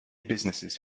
businesses